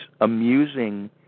amusing